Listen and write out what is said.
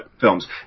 films